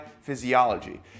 Physiology